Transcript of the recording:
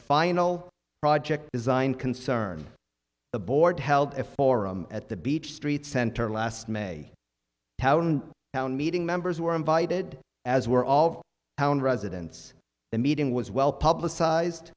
final project design concern the board held a forum at the beach street center last may town meeting members were invited as were all of hound residents the meeting was well publicized